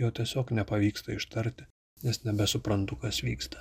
jo tiesiog nepavyksta ištarti nes nebesuprantu kas vyksta